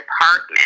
department